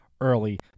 early